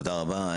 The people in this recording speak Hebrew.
תודה רבה.